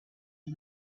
and